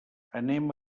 anem